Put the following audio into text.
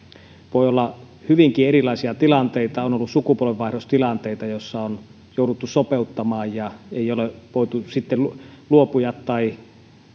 voi olla hyvinkin erilaisia tilanteita on ollut sukupolvenvaihdostilanteita joissa on jouduttu sopeuttamaan ja luopujat tai